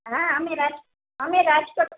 હા અમે રાજ અમે રાજકોટ